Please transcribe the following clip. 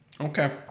Okay